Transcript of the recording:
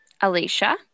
Alicia